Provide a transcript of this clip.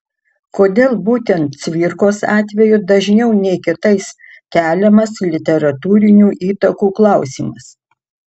kodėl būtent cvirkos atveju dažniau nei kitais keliamas literatūrinių įtakų klausimas